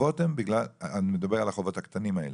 אני מדבר על החובות הקטנים האלה,